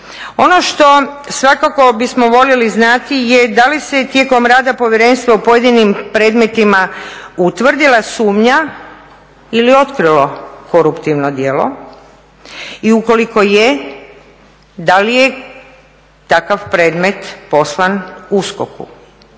Ono što svakako bismo voljeli znati je da li se tijekom rada povjerenstva u pojedinim predmetima utvrdila sumnja ili otkrilo koruptivno djelo i ukoliko je da li je takav predmet poslan USKOK-u